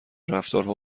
رفتارها